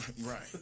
right